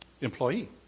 employee